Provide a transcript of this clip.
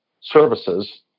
services